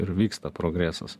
ir vyksta progresas